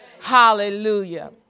Hallelujah